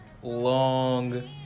Long